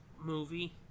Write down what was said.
movie